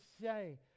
say